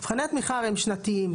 מבחני התמיכה הם שנתיים,